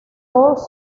todos